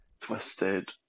twisted